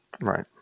Right